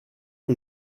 que